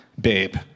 babe